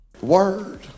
Word